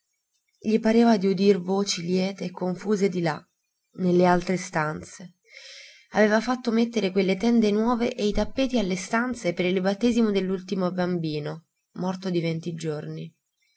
gli pareva di udir voci liete e confuse di là nelle altre stanze aveva fatto mettere quelle tende nuove e i tappeti alle stanze per il battesimo dell'ultimo bambino morto di venti giorni